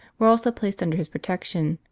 were also placed under his protection,